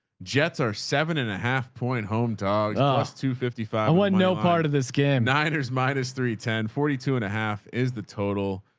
jets are seven and a half point home dogs. plus ah two fifty five you know part of this game, nine there's minus three, ten forty two and a half is the total.